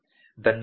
ಧನ್ಯವಾದಗಳು